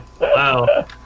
Wow